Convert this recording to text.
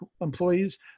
employees